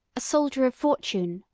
a soldier of fortune,